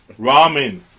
Ramen